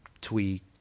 twee